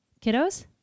kiddos